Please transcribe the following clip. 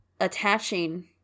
attaching